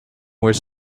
were